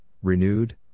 renewed